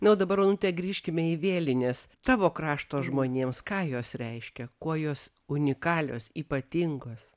na o dabar onute grįžkime į vėlines tavo krašto žmonėms ką jos reiškia kuo jos unikalios ypatingos